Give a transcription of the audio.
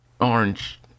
orange